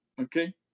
Okay